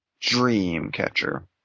Dreamcatcher